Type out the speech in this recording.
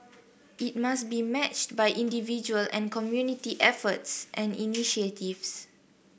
it must be matched by individual and community efforts and initiatives